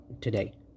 today